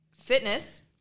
fitness